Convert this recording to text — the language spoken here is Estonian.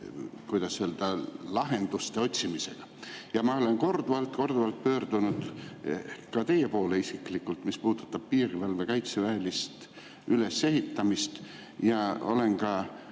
kuidas öelda, lahenduste otsimise pärast. Ma olen korduvalt pöördunud teie poole isiklikult, mis puudutab piirivalve kaitseväelist ülesehitamist. Ja olen ka